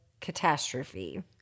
catastrophe